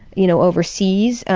you know, overseas,